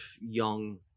young